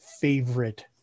favorite